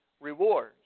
rewards